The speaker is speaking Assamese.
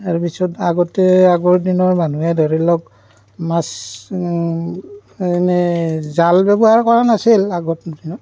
তাৰপিছত আগতে আগৰ দিনৰ মানুহে ধৰি লওক মাছ মানে জাল ব্যৱহাৰ কৰা নাছিল আগৰ দিনত